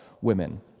women